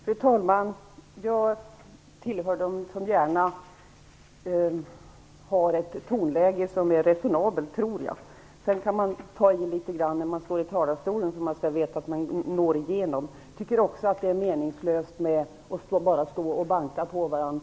Fru talman! Jag hör till dem som har ett resonabelt tonläge. Sedan kan man ta i litet grand när man står i talarstolen för att man skall veta att det som man säger går fram. Jag tycker också att det är meningslöst att bara stå och banka på varandra.